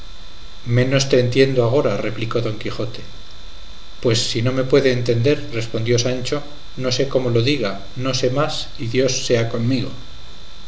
menos te entiendo agora replicó don quijote pues si no me puede entender respondió sancho no sé cómo lo diga no sé más y dios sea conmigo